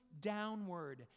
downward